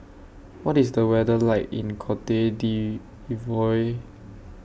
What IS The weather like in Cote D'Ivoire